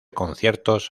conciertos